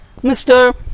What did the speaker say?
Mr